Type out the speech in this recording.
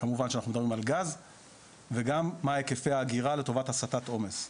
כמובן שאנחנו מדברים על גז וגם מה הקיף האגירה לטובת הסטת עומס.